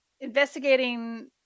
investigating